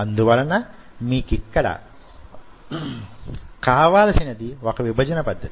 అందువలన మీకిక్కడ కావలిసినది వొక విభజన పద్ధతి